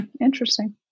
Interesting